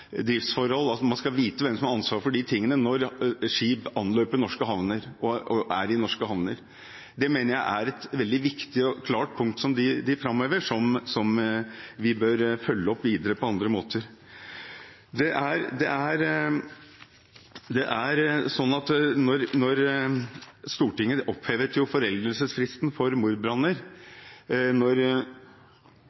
har ansvar for disse tingene når skip anløper og er i norske havner. Det mener jeg er et veldig viktig og klart punkt som vi bør følge opp videre på andre måter. Stortinget opphevet foreldelsesfristen for mordbranner da det nærmet seg foreldelsesfristen for brannen på «Scandinavian Star». Det er ingen foreldelsesfrist nå. Så vi må være klar over her i Stortinget at når komiteen innstiller på og sier at vi for